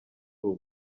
ubu